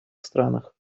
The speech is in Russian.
странах